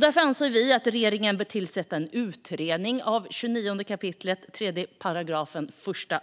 Därför anser vi att regeringen bör tillsätta en utredning av 29 kap. 3 §